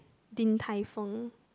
Din Tai Fung